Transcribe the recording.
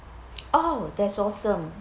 oh that's awesome